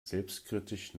selbstkritisch